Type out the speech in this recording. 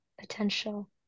potential